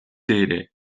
дээрээ